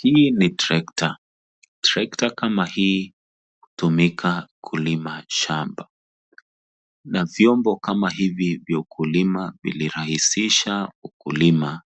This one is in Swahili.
Hii ni trekta. Trekta kama hii hutumika kulima shamba na vyombo kama hivi vya kulima vilirahisisha ukulima,